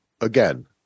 Again